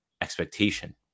expectation